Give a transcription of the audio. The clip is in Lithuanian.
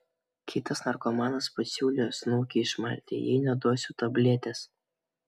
kitas narkomanas pasiūlė snukį išmalti jei neduosiu tabletės